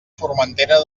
formentera